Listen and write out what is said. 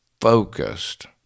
focused